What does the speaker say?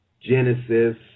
Genesis